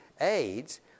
AIDS